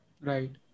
Right